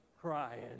crying